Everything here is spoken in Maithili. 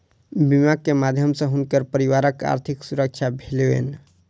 बीमा के माध्यम सॅ हुनकर परिवारक आर्थिक सुरक्षा भेलैन